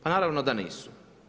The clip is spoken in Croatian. Pa naravno da nisu.